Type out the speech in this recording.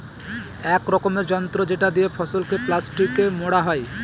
এক রকমের যন্ত্র যেটা দিয়ে ফসলকে প্লাস্টিকে মোড়া হয়